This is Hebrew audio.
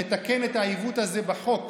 לתקן את העיוות הזה בחוק